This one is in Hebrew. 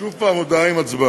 שוב הפעם הודעה עם הצבעה.